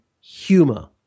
humor